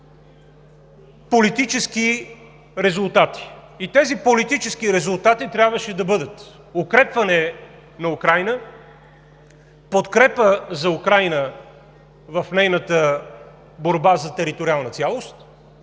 политически резултати. И тези политически резултати трябваше да бъдат: укрепване на Украйна, подкрепа за Украйна в нейната борба за териториална цялост